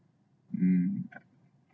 mm